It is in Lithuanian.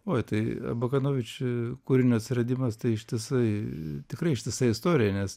oi tai bakanovič kūrinio atsiradimas tai ištisai tikrai ištisa istorija nes